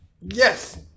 Yes